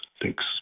Thanks